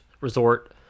Resort